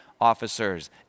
officers